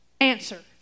answer